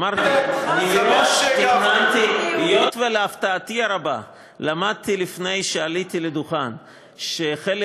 אמרתי: היות שלהפתעתי הרבה למדתי לפני שעליתי לדוכן שחלק